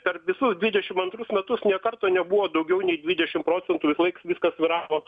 per visus dvidešimt antrus metus nė karto nebuvo daugiau nei dvidešimt procentų visąlaik viskas svyravo